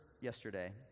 yesterday